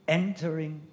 entering